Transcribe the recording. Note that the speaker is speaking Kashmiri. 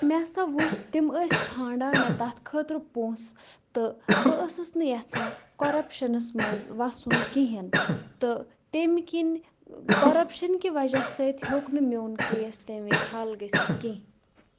مےٚ سا وٕچھ تِم ٲسۍ ژھانڈان مےٚ تَتھ خٲطرٕ پونٛسہٕ تہٕ بہٕ ٲسٕس نہٕ یَژھان کوٚرَپشَنَس منٛز وَسُن کِہیٖنۍ تہٕ تمہِ کِنۍ کوٚرَپشَن کہِ وَجہ سۭتۍ ہیوٚکھ نہٕ میون کیس تَمہِ وِزِ حَل گٔژھِتھ کینٛہہ